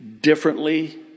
differently